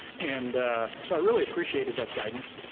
and so i really appreciated that guidance.